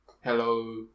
hello